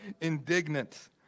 Indignant